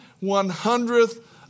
one-hundredth